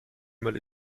mail